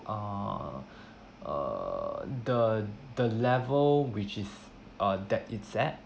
uh err the the level which is uh that it's at